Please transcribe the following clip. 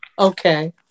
Okay